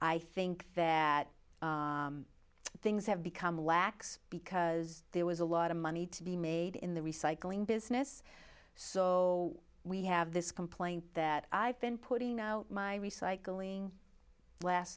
i think that things have become lax because there was a lot of money to be made in the recycling business so we have this complaint that i've been putting out my recycling last